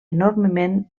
enormement